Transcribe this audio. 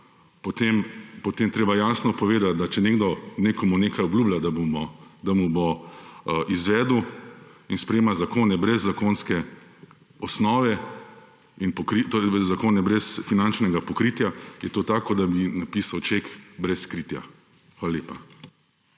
TRAK: (VP) 20.00 (nadaljevanje) nekdo nekomu nekaj obljublja, da mu bo izvedel, in sprejema zakone brez zakonske osnove, torej zakone brez finančnega pokritja, je to tako kot da bi napisal ček brez kritja. Hvala lepa.